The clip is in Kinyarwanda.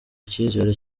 icyizere